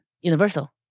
universal